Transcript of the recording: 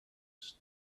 his